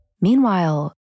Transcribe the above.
Meanwhile